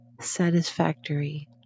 satisfactory